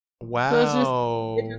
Wow